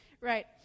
Right